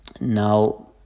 now